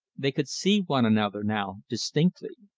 they could see one another now distinctly.